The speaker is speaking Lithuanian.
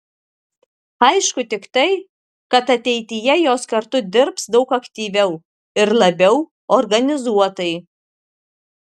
aišku tik tai kad ateityje jos kartu dirbs daug aktyviau ir labiau organizuotai